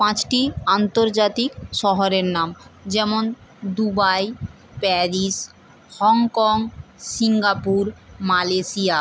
পাঁচটি আন্তর্জাতিক শহরের নাম যেমন Dubai Paris Hong Kong Singapore Malaysia